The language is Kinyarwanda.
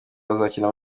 bazakina